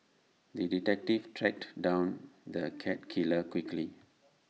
the detective tracked down the cat killer quickly